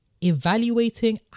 evaluating